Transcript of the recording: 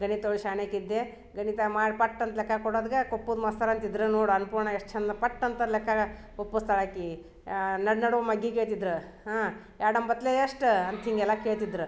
ಗಣಿತ ಒಳಗ ಶಾನ್ಯಕ್ಕಿದ್ದೆ ಗಣಿತ ಮಾಡು ಪಟ್ಟಂತ ಲೆಕ್ಕ ಕೊಡದ್ಗ ಕುಪ್ಪುದ ಮೊಸ್ರ ಅಂತಿದ್ರು ನೋಡು ಅನ್ನಪೂರ್ಣ ಎಷ್ಟುಚಂದ ಪಟ್ಟಂತ ಲೆಕ್ಕ ಒಪ್ಪುಸ್ತಾಳೆ ಆಕಿ ನಡು ನಡುವೆ ಮಗ್ಗಿ ಕೇಳ್ತಿದ್ರು ಹಾ ಎರಡು ಒಂಬತ್ಲಿ ಎಷ್ಟು ಅಂತ ಹೀಗೆಲ್ಲ ಕೇಳ್ತಿದ್ರು